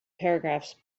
paragraphs